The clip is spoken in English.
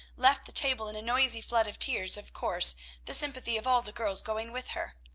left the table in a noisy flood of tears, of course the sympathy of all the girls going with her.